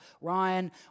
Ryan